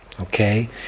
okay